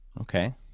Okay